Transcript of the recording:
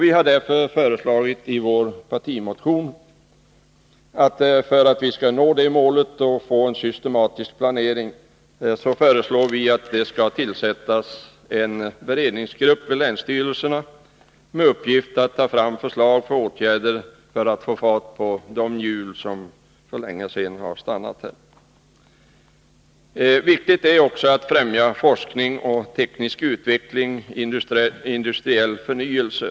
Vi har i vår partimotion föreslagit att det för att en sådan systematisk planering skall kunna komma till stånd skall tillsättas en beredningsgrupp i länsstyrelserna, med uppgift att ta fram förslag till åtgärder för att få fart på de hjul som för länge sedan har stannat. Viktigt är därvid att främja forskning, teknisk utveckling och industriell förnyelse.